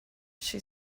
she